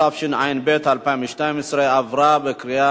התשע"ב 2012, נתקבל.